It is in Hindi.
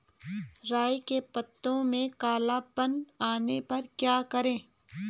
राई के पत्तों में काला पन आने पर क्या करें?